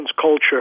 culture